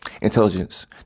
intelligence